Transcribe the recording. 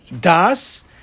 Das